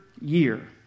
year